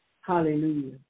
Hallelujah